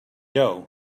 doe